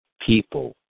people